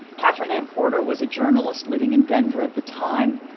katherine anne porter was a journalist living in denver at the time,